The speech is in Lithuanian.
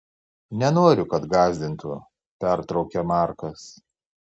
nenoriu kad gąsdintų pertraukia markas